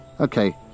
Okay